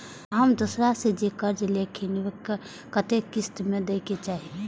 हम दोसरा से जे कर्जा लेलखिन वे के कतेक किस्त में दे के चाही?